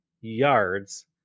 yards